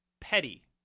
petty